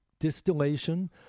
distillation